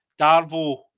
Darvo